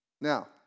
now